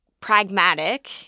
pragmatic